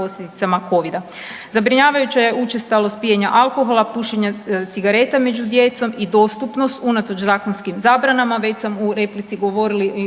posljedicama Covid-a. Zabrinjavajuća je učestalost pijenja alkohola, pušenja cigareta među djecom i dostupnost unatoč zakonskim zabranama. Već sam u replici